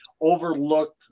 overlooked